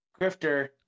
Grifter